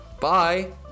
bye